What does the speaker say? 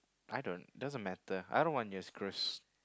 I don't doesn't matter I don't want your screws